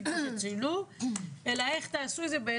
אם בוחרים להסדיר את הנושא הזה בחקיקה